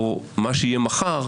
או מה שיהיה מחר,